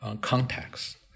context